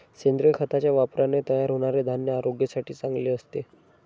सेंद्रिय खताच्या वापराने तयार होणारे धान्य आरोग्यासाठी चांगले असते